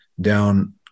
down